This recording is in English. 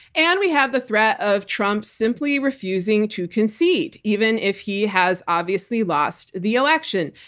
and we have the threat of trump simply refusing to concede even if he has obviously lost the election.